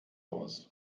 aus